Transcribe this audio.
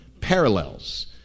parallels